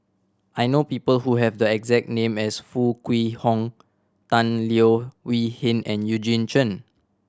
I know people who have the exact name as Foo Kwee Horng Tan Leo Wee Hin and Eugene Chen